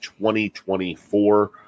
2024